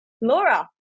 Laura